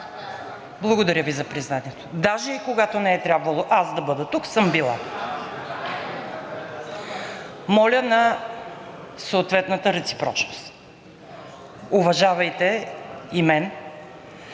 Благодаря Ви за признанието. Даже и когато не е трябвало аз да бъда тук, съм била. Моля за съответна реципрочност. Уважавайте и мен,